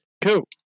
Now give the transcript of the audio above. Cool